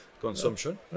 consumption